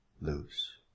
loose